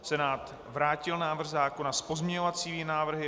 Senát vrátil návrh zákona s pozměňovacími návrhy.